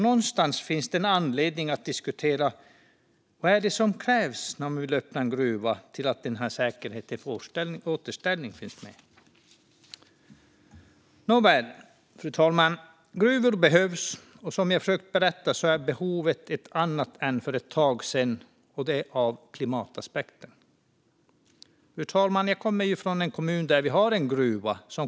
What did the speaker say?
Någonstans finns det alltså anledning att diskutera vad som krävs vad gäller säkerheten för återställning när man vill öppna en gruva. Nåväl, fru talman! Gruvor behövs, och som jag har försökt berätta är behovet ett annat än för ett tag sen. Det beror på klimataspekten. Jag kommer ju från en kommun där vi har en gruva, fru talman.